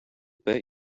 bet